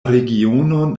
regionon